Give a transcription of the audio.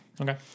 Okay